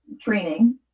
training